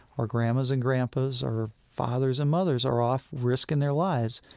or grandmas and grandpas, or fathers and mothers are off risking their lives.